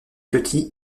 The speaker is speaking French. petit